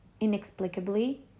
inexplicably